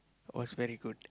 was very good